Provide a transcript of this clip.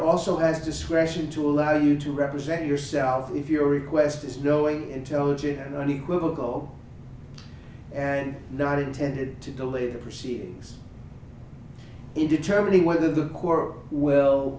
also has discretion to allow you to represent yourself if your request is knowing intelligent and unequivocal and not intended to delay the proceedings in determining whether the corps well